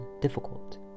difficult